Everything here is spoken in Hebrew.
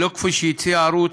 ולא כפי שהציע הערוץ,